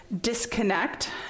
disconnect